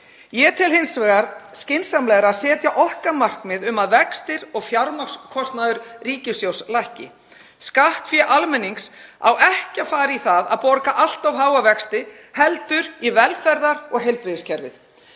Ég tel hins vegar skynsamlegra að setja okkur markmið um að vextir og fjármagnskostnaður ríkissjóðs lækki. Skattfé almennings á ekki að fara í það að borga allt of háa vexti heldur í velferðar- og heilbrigðiskerfið.